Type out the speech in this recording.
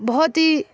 بہت ہی